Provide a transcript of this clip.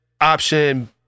option